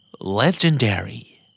Legendary